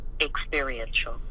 experiential